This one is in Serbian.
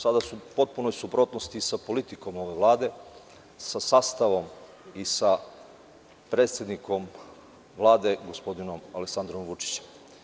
Sada su u potpunoj suprotnosti sa politikom ove Vlade, sa sastavom i sa predsednikom Vlade, gospodinom Aleksandrom Vučićem.